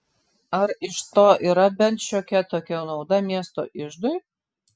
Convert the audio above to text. ar iš to yra bent šiokia tokia nauda miesto iždui